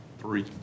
three